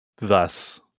thus